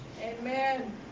Amen